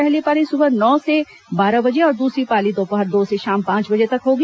पहली पाली सुबह नौ से बारह बजे और दूसरी पाली दोपहर दो से शाम पांच बजे तक होगी